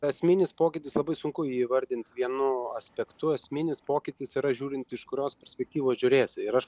esminis pokytis labai sunku įvardint vienu aspektu esminis pokytis yra žiūrint iš kurios perspektyvos žiūrėsi ir aš